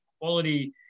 quality –